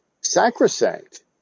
sacrosanct